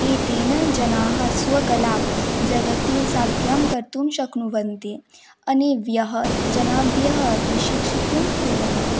एतेन जनाः स्वकलां जगति साध्यं कर्तुं शक्नुवन्ति अन्येभ्यः जनेभ्यः अपि शिक्षितुं कुर्वन्ति